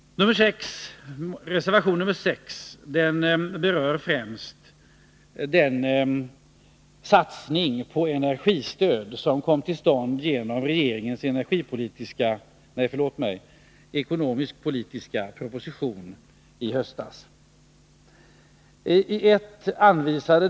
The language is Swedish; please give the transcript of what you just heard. Reservation 6 berör främst den satsning på energistöd som kom till stånd genom regeringens ekonomisk-politiska proposition i höstas.